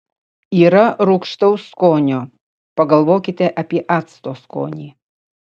yra rūgštaus skonio pagalvokite apie acto skonį